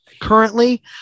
Currently